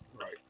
Right